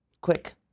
quick